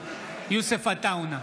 יוסף עטאונה,